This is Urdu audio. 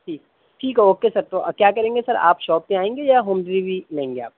ٹھیک ٹھیک ہے اوکے سر تو کیا کریں گے سر آپ شاپ پہ آئیں گے یا ہوم ڈیلیوری لیں گے آپ